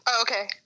okay